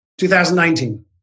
2019